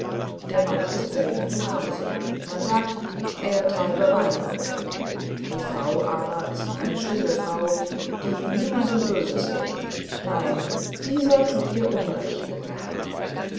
der mann ist selten zu hause man sagt er treibe weinhandel die frau aber ist eine stille frau die niemand böses will nein dieser tut ihr unrecht herr